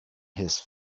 his